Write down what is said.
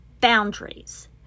boundaries